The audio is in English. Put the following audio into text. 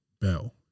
Bell